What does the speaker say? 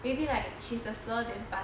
maybe like she's the 十二点半 [one]